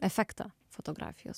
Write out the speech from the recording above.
efektą fotografijos